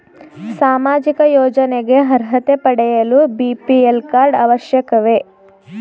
ಸಾಮಾಜಿಕ ಯೋಜನೆಗೆ ಅರ್ಹತೆ ಪಡೆಯಲು ಬಿ.ಪಿ.ಎಲ್ ಕಾರ್ಡ್ ಅವಶ್ಯಕವೇ?